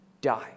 die